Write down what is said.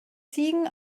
ziegen